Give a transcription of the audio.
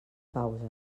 pausa